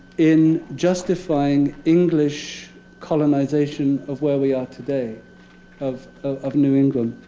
in justifying english colonization of where we are today of of new england.